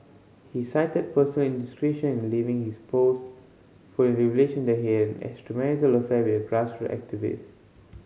he cited personal indiscretion in leaving his post following revelation that he had an extramarital affair with a activist